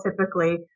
typically